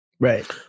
right